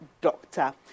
doctor